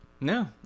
No